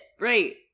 right